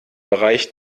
bereich